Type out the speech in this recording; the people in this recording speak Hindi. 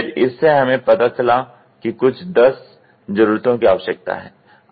फिर इससे से हमें पता चला कि कुछ 10 जरूरतों की आवश्यकता है